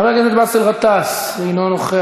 חבר הכנסת באסל גטאס, אינו נוכח.